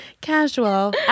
Casual